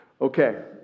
Okay